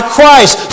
Christ